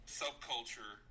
subculture